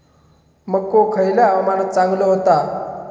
मको खयल्या हवामानात चांगलो होता?